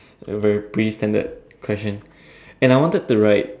very pretty standard question and I wanted to write